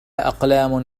أقلام